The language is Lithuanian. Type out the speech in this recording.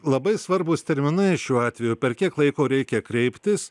labai svarbūs terminai šiuo atveju per kiek laiko reikia kreiptis